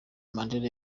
mandela